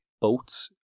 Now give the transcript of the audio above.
boats